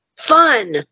Fun